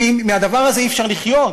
מהדבר הזה אי-אפשר לחיות,